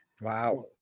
Wow